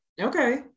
Okay